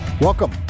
Welcome